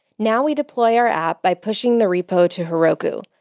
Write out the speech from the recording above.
now we deploy our app by pushing the repo to heroku.